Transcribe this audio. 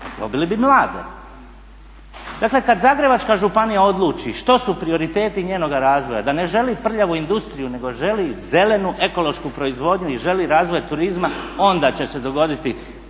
dobili bi mlade. Dakle kad Zagrebačka županija odluči što su prioriteti njenoga razvoja, da ne želi prljavu industriju nego želi zelenu ekološku proizvodnju i želi razvoj turizma onda će se dogoditi